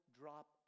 drop